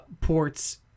ports